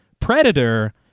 Predator